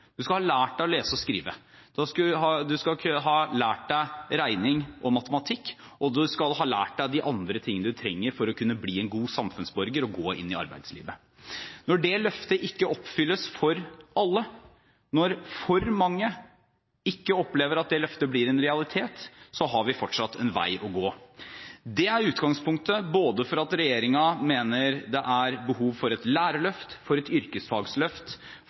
du trenger resten av livet. Du skal ha lært deg å lese og skrive. Du skal ha lært deg regning og matematikk, og du skal ha lært deg de andre tingene du trenger for å bli en god samfunnsborger og gå inn i arbeidslivet. Når det løftet ikke oppfylles for alle, når for mange ikke opplever at det løftet blir en realitet, har vi fortsatt en vei å gå. Det er utgangspunktet for at regjeringen både mener det er behov for et lærerløft, for et